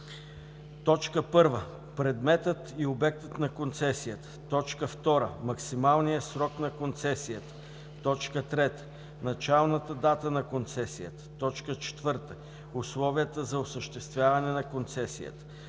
Да. „1. предметът и обектът на концесията; 2. максималният срок на концесията; 3. началната дата на концесията; 4. условията за осъществяване на концесията;